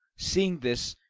seeing this,